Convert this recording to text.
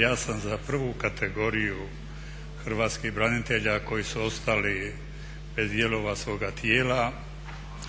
ja sam za prvu kategoriju hrvatskih branitelja koji su ostali bez dijelova svoga tijela